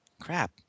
crap